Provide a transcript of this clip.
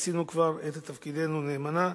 עשינו כבר את תפקידנו נאמנה.